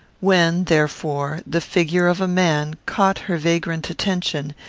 when, therefore, the figure of a man caught her vagrant attention,